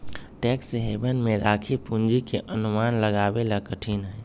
tax haven में राखी पूंजी के अनुमान लगावे ला कठिन हई